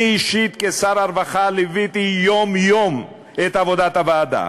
אני אישית כשר הרווחה ליוויתי יום-יום את עבודת הוועדה.